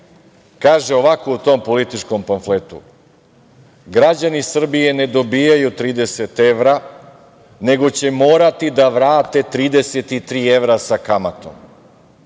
Kaže ovako, u tom političkom pamfletu: „Građani Srbije ne dobijaju 30 evra, nego će morati da vrate 33 evra, sa kamatom“,